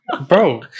Bro